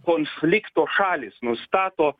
konflikto šalys nustato